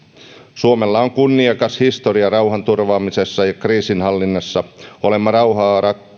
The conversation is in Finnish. suomella on kunniakas historia rauhanturvaamisessa ja kriisinhallinnassa olemme rauhaa